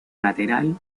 lateral